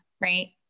right